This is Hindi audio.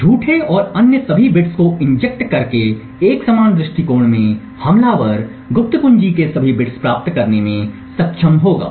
झूठे और अन्य सभी बिट्स को इंजेक्ट करके एक समान दृष्टिकोण में हमलावर गुप्त कुंजी के सभी बिट्स प्राप्त करने में सक्षम होगा